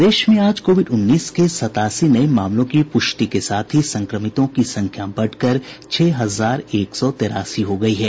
प्रदेश में आज कोविड उन्नीस के सतासी नये मामलों की प्रष्टि के साथ ही संक्रमितों की संख्या बढ़कर छह हजार एक सौ तेरासी हो गयी है